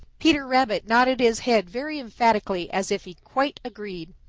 peter rabbit nodded his head very emphatically as if he quite agreed.